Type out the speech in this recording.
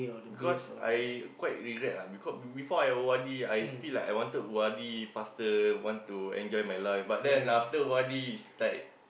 because I quite regret ah because before I O_R_D I feel like I want to O_R_D faster enjoy my life but then after O_R_D it's like